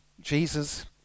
Jesus